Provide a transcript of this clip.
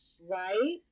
Right